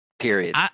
Period